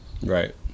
Right